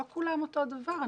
לא כולם אותו דבר.